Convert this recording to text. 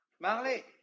Marley